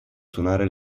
suonare